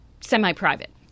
semi-private